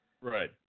Right